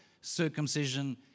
circumcision